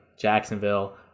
Jacksonville